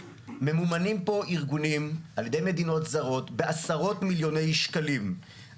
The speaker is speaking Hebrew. ממומנים פה ארגונים על ידי מדינות זרות בעשרות מיליוני שקלים.